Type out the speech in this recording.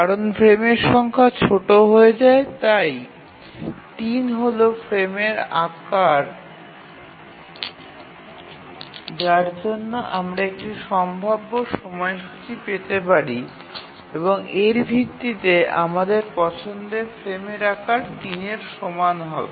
কারণ ফ্রেমের সংখ্যা ছোট হয়ে যায় এবং তাই ৩ হল প্রধান ফ্রেমের আকার যার জন্য আমরা একটি সম্ভাব্য সময়সূচী পেতে পারি এবং এর ভিত্তিতে আমাদের পছন্দের ফ্রেমের আকার ৩এর সমান হবে